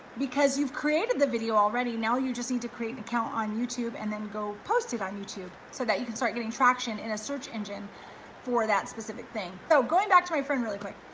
because you've created the video already now you just need to create an account on youtube and then go post it on youtube so that you can start getting traction in a search engine for that specific thing. oh, going back to my friend really quick.